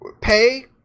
pay